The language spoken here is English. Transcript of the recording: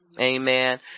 Amen